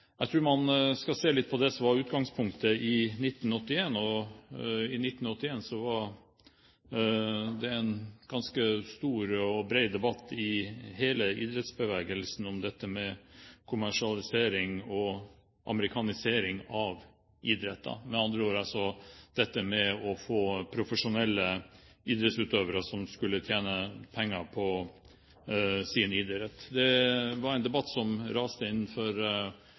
Jeg tror man skal se litt på det som var utgangspunktet i 1981. I 1981 var det en ganske stor og bred debatt i hele idrettsbevegelsen om dette med kommersialisering og amerikanisering av idretter, med andre ord dette med å få profesjonelle idrettsutøvere, som skulle tjene penger på sin idrett. Det var en debatt som egentlig raste innenfor